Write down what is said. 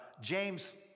James